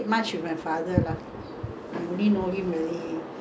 stingy because we will get angry with him because when he was with us